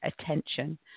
attention